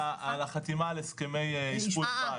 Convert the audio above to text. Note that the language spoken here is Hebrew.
אלא על החתימה על הסכמי אשפוז בית.